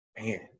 man